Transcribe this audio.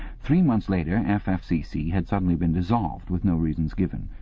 three months later ffcc had suddenly been dissolved with no reasons given.